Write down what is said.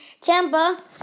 Tampa